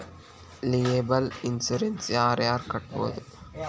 liable insurance ಯಾರ್ ಯಾರ್ ಕಟ್ಬೊದು